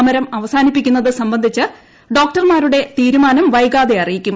സമരം അവസാനിപ്പിക്കുന്നത് സംബന്ധിച്ച് ഡോക്ടർമാരുടെ തീരുമാനം വൈകാതെ അറിയിക്കും